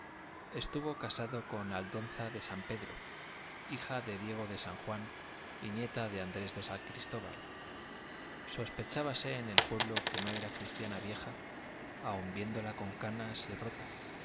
estuvo casado con aldonza de san pedro hija de diego de san juan y nieta de andrés de san cristóbal sospechábase en el pueblo que no era cristiana vieja aun viéndola con canas y rota